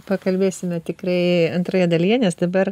pakalbėsime tikrai antroje dalyje nes dabar